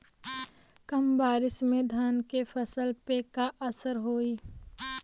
कम बारिश में धान के फसल पे का असर होई?